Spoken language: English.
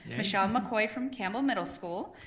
michelle mccoy from camel middle school.